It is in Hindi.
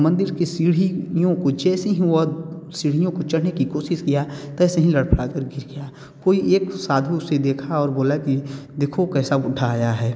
मंदिर के सीढ़ी यों को जैसे ही वह सीढ़ीयों को चढ़ने कि कोशिश किया तैसे ही लड़खड़ा कर गिर गया कोई एक साधु उसे देखा और बोला की देखो कैसा बुड्ढा आया है